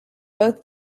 both